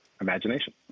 imagination